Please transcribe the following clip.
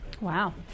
Wow